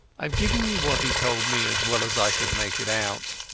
i am giving you what he told me as well as i could make it out.